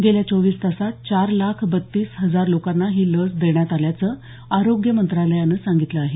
गेल्या चोवीस तासात चार लाख बत्तीस हजार लोकांना ही लस देण्यात आल्याचं आरोग्य मंत्रालयानं सांगितलं आहे